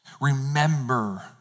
Remember